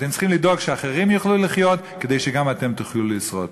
אתם צריכים לדאוג שאחרים יוכלו לחיות כדי שגם אתם תוכלו לשרוד.